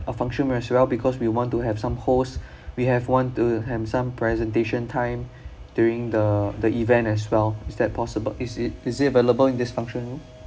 uh function as well because we want to have some hosts we have want to have some presentation time during the the event as well is that possible is it is it available in this function room